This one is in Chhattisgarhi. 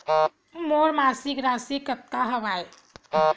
मोर मासिक राशि कतका हवय?